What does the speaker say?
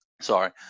sorry